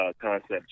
Concept